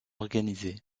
organisées